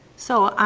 so,